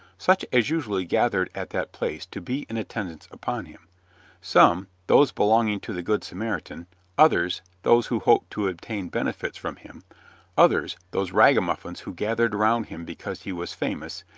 such as usually gathered at that place to be in attendance upon him some, those belonging to the good samaritan others, those who hoped to obtain benefits from him others, those ragamuffins who gathered around him because he was famous,